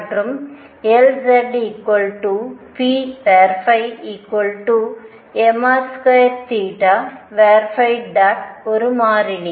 மற்றும் Lzp mr2 ஒரு மாறிலி